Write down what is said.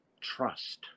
trust